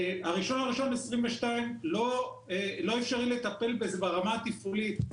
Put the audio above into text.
ה-1.1.22 לא אפשרי לטפל בזה ברמה התפעולית,